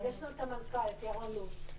אז יש לנו את המנכ"ל, את ירון לוץ.